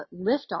liftoff